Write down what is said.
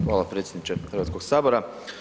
Hvala predsjedniče Hrvatskog sabora.